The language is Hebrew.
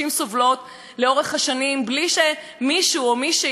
בלי שמישהו או מישהי נותן לזה איזו הבנה,